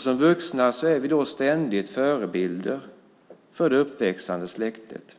Som vuxna är vi ständigt förebilder för det uppväxande släktet,